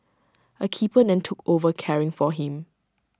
A keeper then took over caring for him